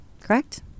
Correct